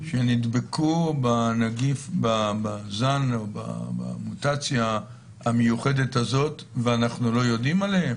שנדבקו בזן או במוטציה המיוחדת הזאת ואנחנו לא יודעים עליהם?